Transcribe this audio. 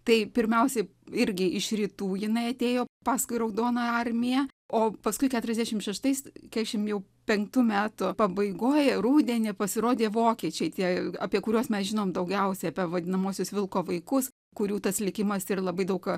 tai pirmiausiai irgi iš rytų jinai atėjo paskui raudonąją armiją o paskui keturiasdešimt šeštais ketriasdešimt jau penktų metų pabaigoj rudenį pasirodė vokiečiai tie apie kuriuos mes žinom daugiausiai apie vadinamuosius vilko vaikus kurių tas likimas ir labai daug